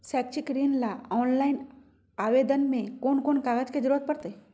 शैक्षिक ऋण ला ऑनलाइन आवेदन में कौन कौन कागज के ज़रूरत पड़तई?